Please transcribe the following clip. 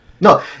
No